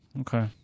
Okay